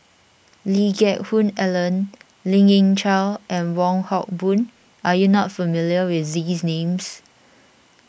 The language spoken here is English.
Lee Geck Hoon Ellen Lien Ying Chow and Wong Hock Boon are you not familiar with these names